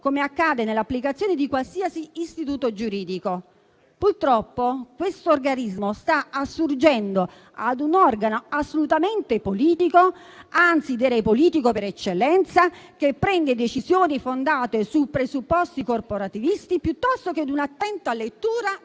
come accade nell'applicazione di qualsiasi istituto giuridico. Purtroppo, questo organismo sta assurgendo a un organo assolutamente politico, anzi direi politico per eccellenza, che prende decisioni fondate su presupposti corporativisti piuttosto che su un'attenta lettura delle carte.